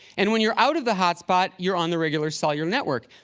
and when you're out of the hotspot, you're on the regular cellular network.